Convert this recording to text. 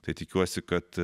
tai tikiuosi kad